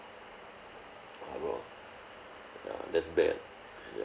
ya bro ya that's bad ya